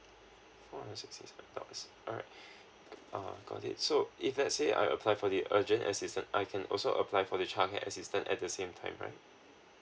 one hundred sixty dollars alright uh got it so if let's say I apply for the urgent assistance I can also apply for the childcare assistance at the same time right